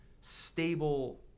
stable